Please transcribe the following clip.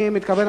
אני מתכוון,